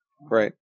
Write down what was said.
right